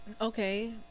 okay